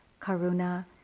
karuna